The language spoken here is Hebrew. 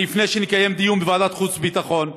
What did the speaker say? אני אפנה שנקיים דיון בוועדת החוץ והביטחון,